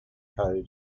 code